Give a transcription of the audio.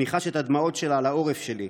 אני חש את הדמעות שלה על העורף שלי.